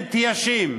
אין תיישים.